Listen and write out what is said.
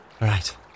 right